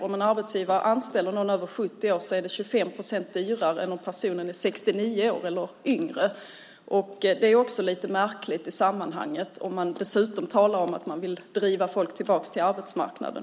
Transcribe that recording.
Om en arbetsgivare anställer någon över 70 är det 25 procent dyrare än om personen är 69 år eller yngre. Det är också lite märkligt i sammanhanget, om man dessutom talar om att man vill driva folk tillbaka till arbetsmarknaden.